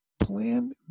Plan